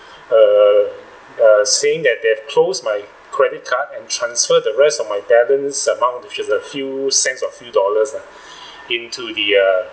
err uh saying that they've closed my credit card and transfer the rest of my balance amount which is a few cents or few dollars uh into the uh